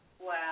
Wow